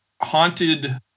haunted